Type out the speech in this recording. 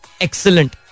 excellent